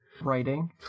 writing